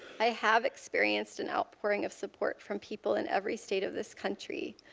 i have experienced an outpouring of support from people in every state of this country.